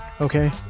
okay